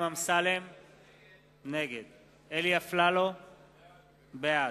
60 בעד,